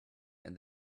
and